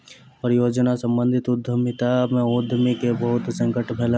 परियोजना सम्बंधित उद्यमिता में उद्यमी के बहुत संकट भेलैन